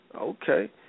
Okay